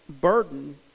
burden